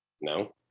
No